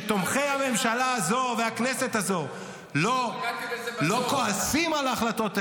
שתומכי הממשלה הזו והכנסת הזו לא כועסים על ההחלטות האלו?